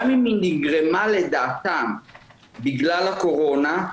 גם אם היא נגרמה לדעתם בגלל הקורונה,